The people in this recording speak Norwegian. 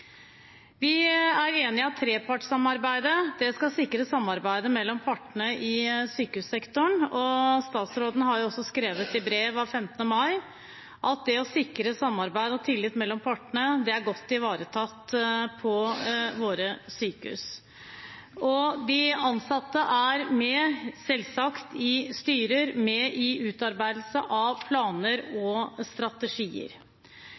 Vi er enig i at trepartssamarbeidet skal sikre samarbeidet mellom partene i sykehussektoren. Statsråden har også skrevet i brev av 15. mai at det å sikre samarbeid og tillit mellom partene er «godt ivaretatt» i våre sykehus. De ansatte er selvsagt med i styrer og med på utarbeidelse av planer